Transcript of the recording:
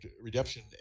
Redemption